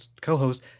co-host